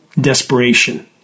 desperation